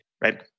right